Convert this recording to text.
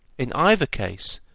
in either case,